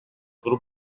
grup